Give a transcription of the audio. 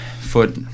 foot